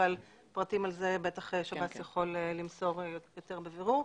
אבל פרטים על זה שב"ס יכול למסור יותר בבירור.